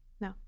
no